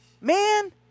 Man